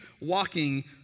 walking